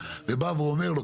עם סדקים רחבים ומאות אנשים גרים